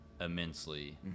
immensely